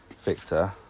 Victor